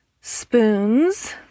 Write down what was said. spoons